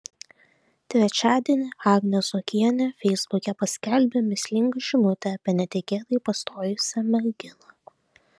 trečiadienį agnė zuokienė feisbuke paskelbė mįslingą žinutę apie netikėtai pastojusią merginą